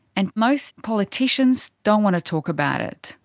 and most politicians don't want to talk about it.